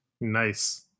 nice